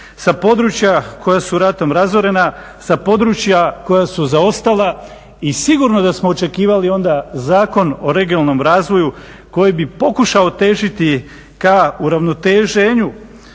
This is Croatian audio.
sa područja koja su ratom razorena, sa područja koja su zaostala. I sigurno da smo očekivali onda Zakon o regionalnom razvoju koji bi pokušao težiti ka uravnoteženju